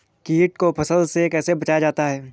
कीट से फसल को कैसे बचाया जाता हैं?